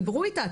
דברו איתה,